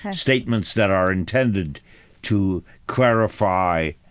ah statements that are intended to clarify,